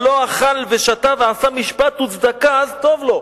"הלוא אכל ושתה ועשה משפט וצדקה אז טוב לו".